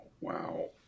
wow